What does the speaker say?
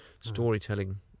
storytelling